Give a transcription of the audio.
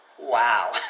Wow